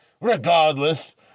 Regardless